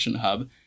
hub